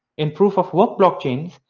in proof-of-work blockchains,